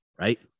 right